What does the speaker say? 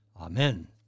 Amen